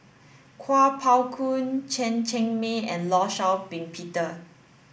Kuo Pao Kun Chen Cheng Mei and Law Shau Ping Peter